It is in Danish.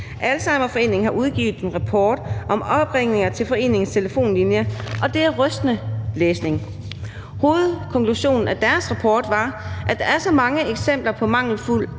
Alzheimerforeningen har udgivet en rapport om opringninger til foreningens telefonlinje, og det er rystende læsning. Hovedkonklusionen i deres rapport var, at der er så mange eksempler på mangelfuld